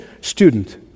student